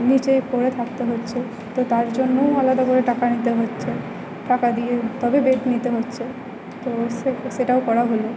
নিচে পড়ে থাকতে হচ্ছে তো তার জন্যও আলাদা করে টাকা নিতে হচ্ছে টাকা দিয়ে তবে বেড নিতে হচ্ছে তো সেটাও করা হল